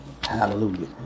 Hallelujah